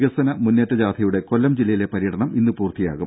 വികസന മുന്നേറ്റയാത്രയുടെ കൊല്ലം ജില്ലയിലെ പര്യടനം ഇന്ന് പൂർത്തിയാകും